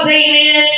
amen